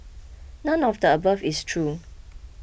none of the above is true